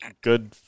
good